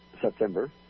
September